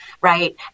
Right